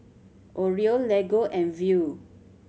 Oreo Lego and Viu